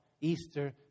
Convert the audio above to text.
Easter